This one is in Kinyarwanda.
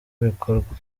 bikorwa